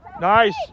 Nice